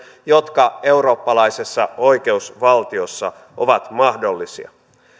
jotka eurooppalaisessa oikeusvaltiossa ovat mahdollisia